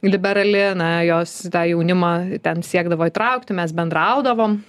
liberali na jos tą jaunimą ten siekdavo įtraukti mes bendraudavom